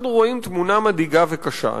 אנחנו רואים תמונה מדאיגה וקשה.